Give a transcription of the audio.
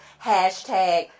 hashtag